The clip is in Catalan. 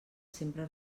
sempre